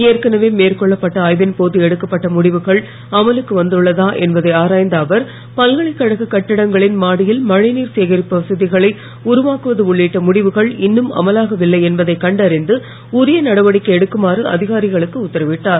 ஏற்கனவே மேற்கொள்ளப்பட்ட ஆய்வின்போது எடுக்கப்பட்ட முடிவுகள் அமலுக்கு வந்துள்ளதாக என்பதை ஆராய்ந்த அவர் பல்கலைக்கழக கட்டிடங்களின் மாடியில் மழைநீர் சேகரிப்பு வசதிகளை உருவாக்குவது உள்ளிட்ட முடிவுகள் இன்னும் அமலாகவில்லை என்பதை கண்டறிந்து உரிய நடவடிக்கை எடுக்குமாறு அதிகாரிகளுக்கு உத்தரவிட்டார்